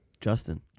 Justin